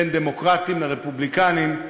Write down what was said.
בין דמוקרטים לרפובליקנים,